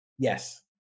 Yes